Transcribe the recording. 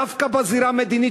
דווקא בזירה המדינית,